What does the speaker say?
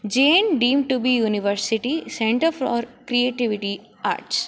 Jain deemed to be university centre for creativity arts